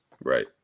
Right